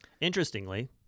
Interestingly